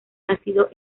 nacido